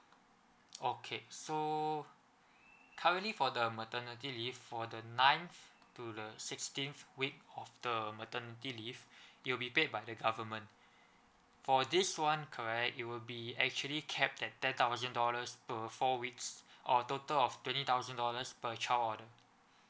okay so currently for the maternity leave for the ninth to the sixteenth week of the maternity leave you'll be paid by the government for this one correct it will be actually cap at ten thousand dollars per four weeks or total of twenty thousand dollars per child order